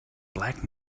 black